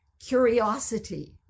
curiosity